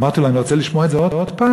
אמרתי לו: אני רוצה לשמוע את זה עוד פעם.